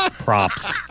Props